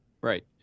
right